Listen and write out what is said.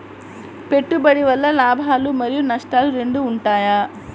పెట్టుబడి వల్ల లాభాలు మరియు నష్టాలు రెండు ఉంటాయా?